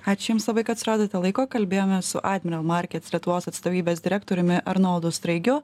ačiū jums kad suradote laiko kalbėjomės su admiral markts lietuvos atstovybės direktoriumi arnoldu straigiu